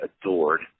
adored